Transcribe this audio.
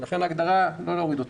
לכן לא להוריד אותו